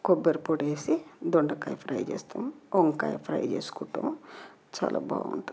కొబ్బరి పొడి వేసి దొండకాయ ఫ్రై చేస్తాం వంకాయ ఫ్రై చేసుకుంటాం చాలా బాగుంటుంది అది